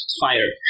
fire